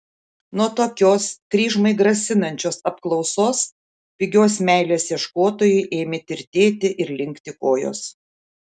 nuo tokios kryžmai grasinančios apklausos pigios meilės ieškotojui ėmė tirtėti ir linkti kojos